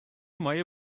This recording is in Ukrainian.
має